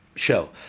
Show